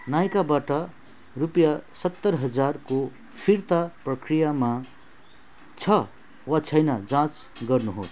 नाइकाबाट रुपियाँ सत्तर हजारको फिर्ता प्रक्रियामा छ वा छैन जाँच गर्नुहोस्